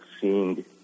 seeing